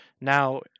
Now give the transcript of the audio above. Now